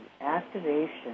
Activation